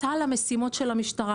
לסל המשימות של המשטרה,